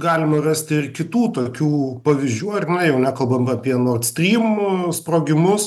galima rasti ir kitų tokių pavyzdžių ar ne jau nekalbant apie nord strym sprogimus